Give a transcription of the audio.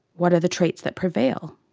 what are the traits that prevail?